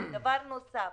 דבר נוסף,